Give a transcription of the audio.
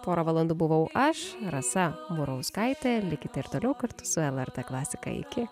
porą valandų buvau aš rasa murauskaitė likite ir toliau kartu su lrt klasikai iki